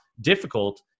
difficult